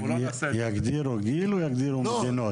יגדירו גיל או יגדירו מדינות?